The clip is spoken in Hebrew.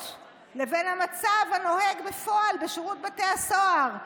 לבין המצב הנוהג בפועל בשירות בתי הסוהר,